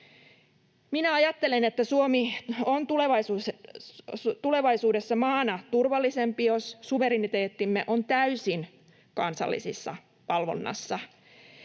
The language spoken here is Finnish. Minä ajattelen, että Suomi on tulevaisuudessa maana turvallisempi, jos suvereniteettimme on täysin kansallisessa valvonnassa.